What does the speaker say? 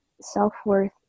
self-worth